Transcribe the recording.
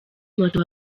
moto